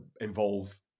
involve